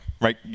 Right